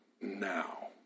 now